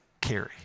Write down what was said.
carry